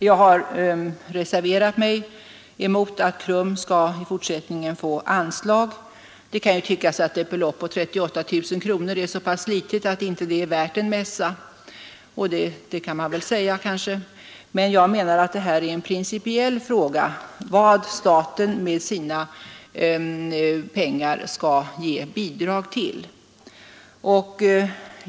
Jag har reserverat mig mot att KRUM skall få anslag i fortsättningen. Det kan ju tyckas att ett belopp av 38 000 kronor är så litet att det inte är värt en mässa, men jag menar att det är en principiell fråga vad staten skall ge bidrag till.